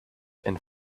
and